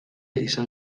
izan